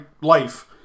life